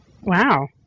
Wow